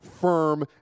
firm